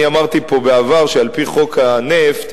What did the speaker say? אני אמרתי פה בעבר שעל-פי חוק הנפט,